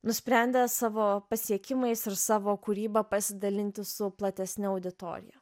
nusprendė savo pasiekimais ir savo kūryba pasidalinti su platesne auditorija